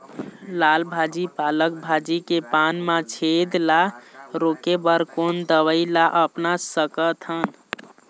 लाल भाजी पालक भाजी के पान मा छेद ला रोके बर कोन दवई ला अपना सकथन?